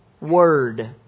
word